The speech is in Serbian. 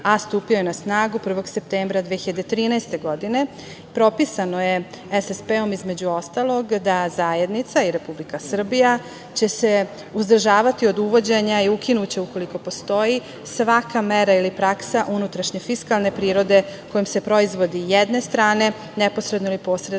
a stupio je na snagu 1. septembra 2013. godine. Propisano je SSP-om, između ostalog, da zajednica i Republika Srbija će se uzdržavati od uvođenja i ukinuće u koliko postoji svaka mera ili praksa unutrašnje fiskalne prirode, kojom se proizvodi jedne strane, neposredno ili posredno,